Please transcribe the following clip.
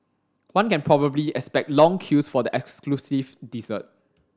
one can probably expect long queues for the exclusive dessert